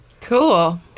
Cool